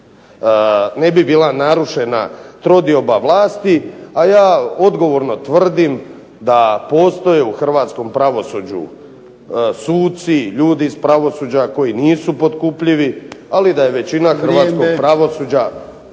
ne bi bila narušena trodioba vlasti. A ja odgovorno tvrdim da postoje u hrvatskom pravosuđu suci, ljudi iz pravosuđa koji nisu potkupljivi, ali da je većina hrvatskog pravosuđa…